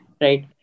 right